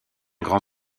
grand